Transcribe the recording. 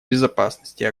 безопасности